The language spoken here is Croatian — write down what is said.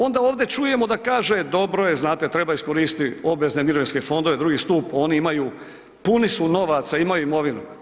Onda ovdje čujemo da kaže, dobro je znate treba iskoristiti obvezne mirovinske fondove, drugi stup oni imaju puni su novaca, imaju imovinu.